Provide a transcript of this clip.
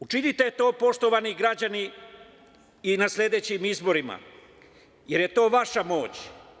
Učinite to, poštovani građani, i na sledećim izborima, jer je to vaša moć.